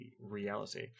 reality